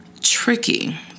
tricky